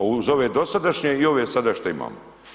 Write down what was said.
Uz ove dosadašnje i ove sada što imamo.